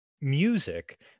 music